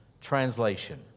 translation